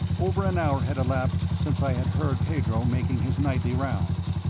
over an hour had elapsed since i had heard pedro making his nightly rounds.